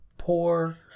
poor